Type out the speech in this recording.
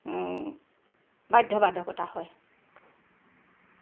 বাধ্যবাধকতা হয়